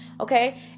Okay